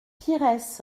pires